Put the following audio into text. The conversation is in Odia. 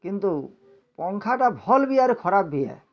କିନ୍ତୁ ପଙ୍ଖାଟା ଭଲ୍ ବି ଆର୍ ଖରାପ୍ ବି ହେଁ